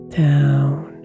down